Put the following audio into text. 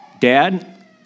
Dad